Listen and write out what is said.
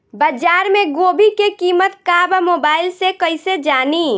बाजार में गोभी के कीमत का बा मोबाइल से कइसे जानी?